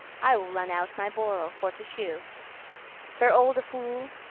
i will run out, my borel for to shew sir olde fool,